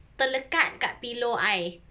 terlekat kat pillow I